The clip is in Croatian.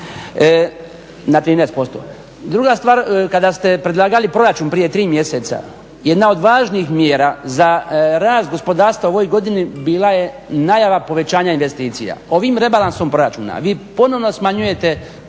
Na 13%. Druga stvar, kada ste predlagali proračun prije 3 mjeseca, jedna od važnih mjera za rast gospodarstva u ovoj godini bila je najava povećanja investicija. Ovim rebalansom proračuna vi ponovno smanjujete